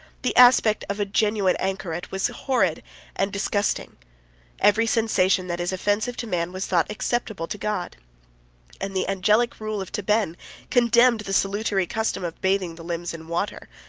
the aspect of a genuine anachoret was horrid and disgusting every sensation that is offensive to man was thought acceptable to god and the angelic rule of tabenne condemned the salutary custom of bathing the limbs in water,